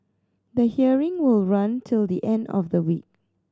the hearing will run till the end of the week